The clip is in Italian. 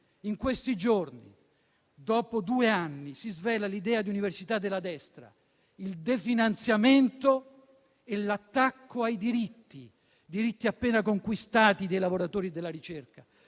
In questi giorni, dopo due anni, si svela l'idea di università della destra: il definanziamento e l'attacco ai diritti appena conquistati dai lavoratori della ricerca.